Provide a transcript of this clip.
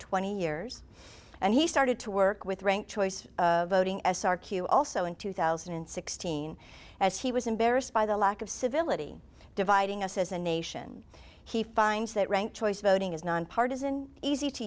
twenty years and he started to work with rank choice voting s r q also in two thousand and sixteen as he was embarrassed by the lack of civility dividing us as a nation he finds that rank choice voting is nonpartisan easy to